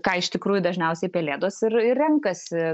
ką iš tikrųjų dažniausiai pelėdos ir ir renkasi